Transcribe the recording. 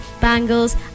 bangles